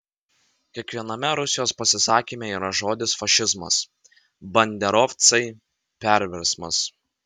kiekviename rusijos pasisakyme yra žodis fašizmas banderovcai perversmas